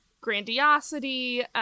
grandiosity